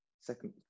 second